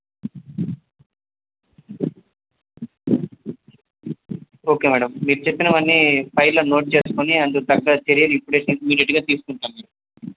okay madam మీరు చెప్పినవి అన్నీ ఫైల్లో నోట్ చేసుకుని అందుకు తగ్గ చర్యలు ఇప్పుడు తీ ఇమీడియట్గా తీసుకుంటాను మ్యాడమ్